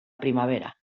primavera